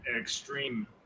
extreme